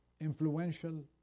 influential